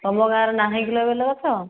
ତୁମ ଗାଁରେ ନାହିଁ କି ଲୋ ବେଲଗଛ